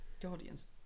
Guardians